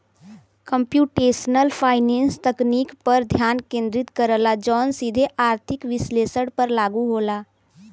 computational finance तकनीक पर ध्यान केंद्रित करला जौन सीधे आर्थिक विश्लेषण पर लागू होला